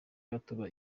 bato